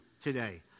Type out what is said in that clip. today